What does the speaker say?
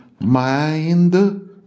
mind